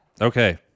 Okay